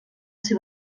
ser